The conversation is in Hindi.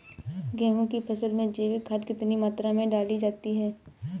गेहूँ की फसल में जैविक खाद कितनी मात्रा में डाली जाती है?